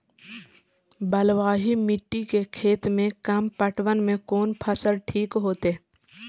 बलवाही मिट्टी के खेत में कम पटवन में कोन फसल ठीक होते?